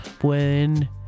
Pueden